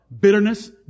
Bitterness